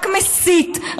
רק מסית,